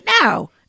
now